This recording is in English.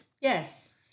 Yes